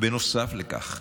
נוסף לכך,